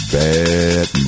bad